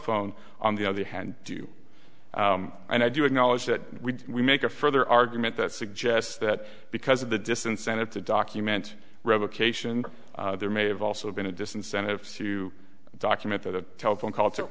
phone on the other hand do you and i do acknowledge that we make a further argument that suggests that because of the disincentive to document revocation there may have also been a disincentive to document that a telephone call took